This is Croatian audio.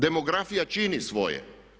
Demografija čini svoje.